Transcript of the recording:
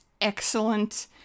excellent